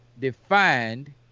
defined